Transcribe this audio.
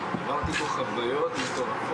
ולא תהיה יד מכוונת בלתי-תלויה תחת שרביטו של משרד ראש